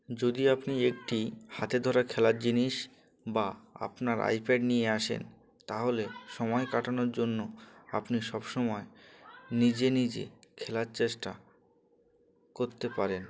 যদি আপনি একটি হাতে ধরা খেলার জিনিস বা আপনার আইপ্যাড নিয়ে আসেন তাহলে সময় কাটানোর জন্য আপনি সব সময় নিজে নিজে খেলার চেষ্টা করতে পারেন